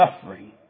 suffering